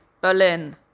Berlin